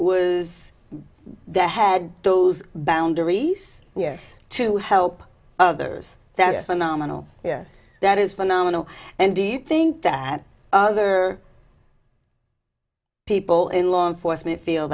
is that had those boundaries here to help others that's phenomenal yes that is phenomenal and do you think that other people in law enforcement feel